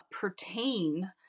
pertain